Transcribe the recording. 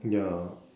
ya